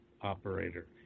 operator